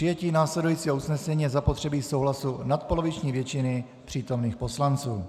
K přijetí následujícího usnesení je zapotřebí souhlasu nadpoloviční většiny přítomných poslanců.